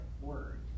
word